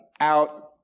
out